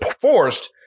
forced